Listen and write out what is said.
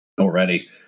already